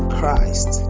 Christ